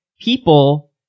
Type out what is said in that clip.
people